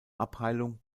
abheilung